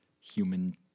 human